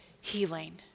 healing